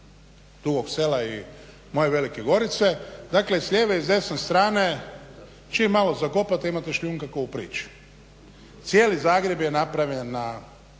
Dugog Sela i moje Velike Gorice, dakle s lijeve i s desne strane čim malo zakopate imate šljunka ko u priči. Cijeli Zagreb je napravljen od